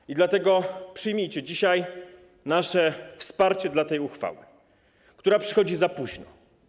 I dlatego przyjmijcie dzisiaj nasze wsparcie dla tej uchwały, która pochodzi za późno.